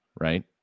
right